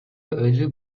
өзү